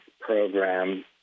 program